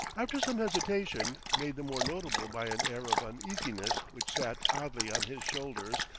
after some hesitation, made the more notable by an air of uneasiness which sat oddly on his shoulders,